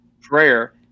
prayer